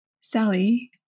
Sally